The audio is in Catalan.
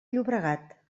llobregat